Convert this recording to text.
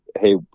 hey